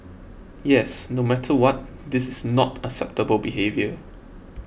yes no matter what this is not acceptable behaviour